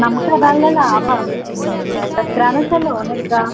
നമ്മൾക്ക് അതാണല്ലോ ലാഭം എത്രയണെന്ന് വച്ചാണ് ലോണെടുക്കുക